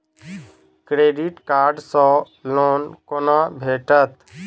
Credit card सँ loan कोना भेटत?